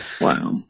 Wow